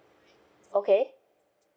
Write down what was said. okay